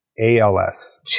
ALS